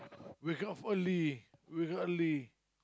wake up early wake up early